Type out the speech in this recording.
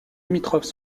limitrophes